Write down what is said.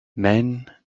men